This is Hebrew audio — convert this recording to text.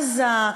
עזה,